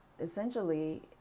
essentially